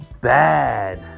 bad